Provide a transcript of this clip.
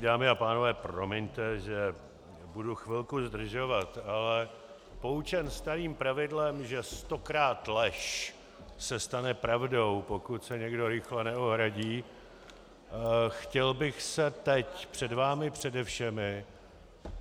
Dámy a pánové, promiňte, že budu chvilku zdržovat, ale poučen starým pravidlem, že stokrát lež se stane pravdou, pokud se někdo rychle neohradí, chtěl bych se teď před vámi přede všemi